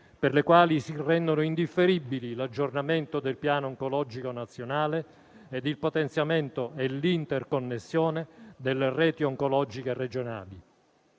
per le quali si rendono indifferibili l'aggiornamento del Piano oncologico nazionale e il potenziamento e l'interconnessione delle reti oncologiche regionali.